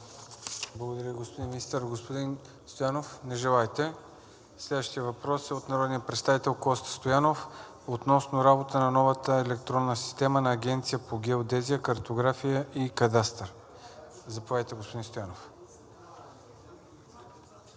Благодаря, господин Министър. Господин Стоянов? Не желаете. Следващият въпрос е от народния представител Коста Стоянов относно работата на новата електронна система на Агенцията по геодезия, картография и кадастър. Заповядайте, господин Стоянов.